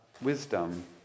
wisdom